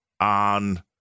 on